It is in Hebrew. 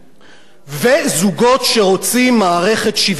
וזוגות שרוצים מערכת שוויונית יותר.